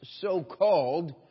so-called